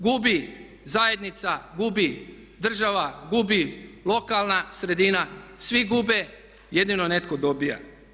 Gubi zajednica, gubi država, gubi lokalna sredina, svi gube jedino netko dobiva.